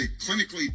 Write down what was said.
clinically